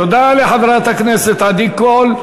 תודה לחברת הכנסת עדי קול.